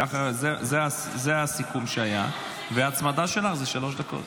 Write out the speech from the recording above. ככה, זה הסיכום שהיה, וההצמדה שלך זה שלוש דקות.